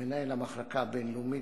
מנהל המחלקה הבין-לאומית,